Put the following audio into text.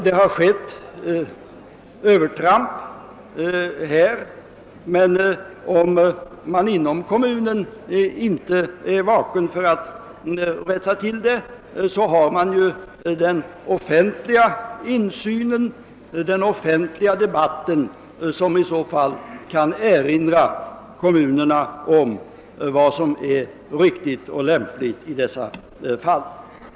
Det är möjligt att övertramp har förekommit, men om man inom kommunen inte är vaken härför och rättar till sådana misstag finns alltid möjligheten att i den offentliga debatten erinra om vad som är riktigt och lämpligt.